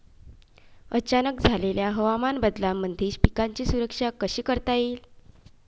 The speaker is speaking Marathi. अचानक झालेल्या हवामान बदलामंदी पिकाची सुरक्षा कशी करता येईन?